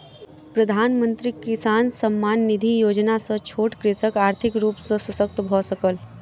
प्रधानमंत्री किसान सम्मान निधि योजना सॅ छोट कृषक आर्थिक रूप सॅ शशक्त भअ सकल